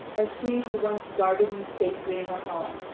are she who once guarded me safely in the hall,